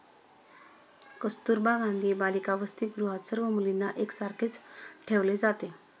कस्तुरबा गांधी बालिका वसतिगृहात सर्व मुलींना एक सारखेच ठेवले जाते